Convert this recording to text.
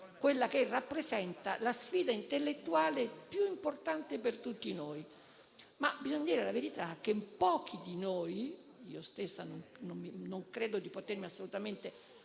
numero rappresenta la sfida intellettuale più importante per tutti noi. Ma, a dire il vero, pochi di noi - io stessa non credo di potermi assolutamente